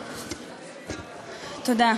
תודה.